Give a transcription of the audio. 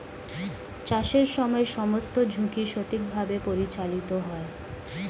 চাষের সময় সমস্ত ঝুঁকি সঠিকভাবে পরিচালিত হয়